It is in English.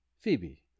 Phoebe